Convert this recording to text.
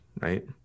right